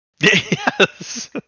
Yes